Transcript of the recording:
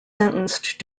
sentenced